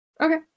Okay